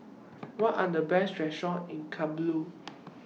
What Are The Best Restaurant in Kabul